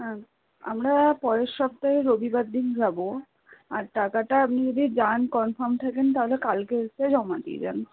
আমরা পরের সপ্তাহে রবিবার দিন যাব আর টাকাটা আপনি যদি যান কনফার্ম থাকেন তাহলে কালকে এসে জমা দিয়ে যাবেন